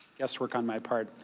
guess work on my part,